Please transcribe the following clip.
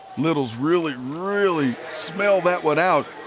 littles really, really smelled that one out.